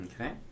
Okay